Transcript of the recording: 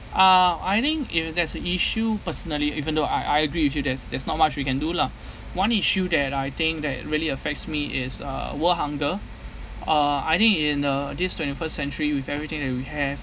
uh I think if there's an issue personally even though I I agree with you there's there's not much we can do lah one issue that I think that really affects me is uh world hunger uh I think in uh this twenty first century with everything that we have